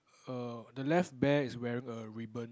err the left bear is wearing a ribbon